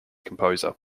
composer